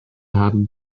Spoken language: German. haben